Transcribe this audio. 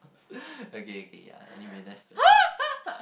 okay okay ya anyway that's just the